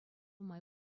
май